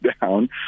down